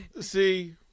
See